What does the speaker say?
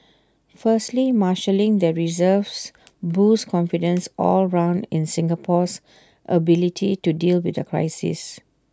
firstly marshalling the reserves boosts confidence all round in Singapore's ability to deal with the crisis